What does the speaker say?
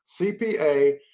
CPA